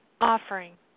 offering